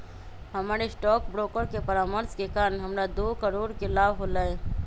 हमर stock broker के परामर्श के कारण हमरा दो करोड़ के लाभ होलय